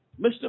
Mr